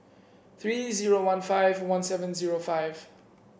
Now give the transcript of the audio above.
three zero one five one seven zero five